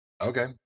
okay